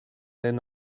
den